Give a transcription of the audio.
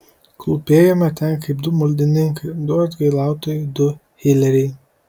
klūpėjome ten kaip du maldininkai du atgailautojai du hileriai